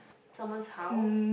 someone's house